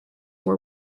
were